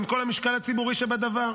עם כל המשקל הציבורי שבדבר.